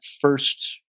first